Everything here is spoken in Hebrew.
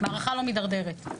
מערכה לא מידרדרת.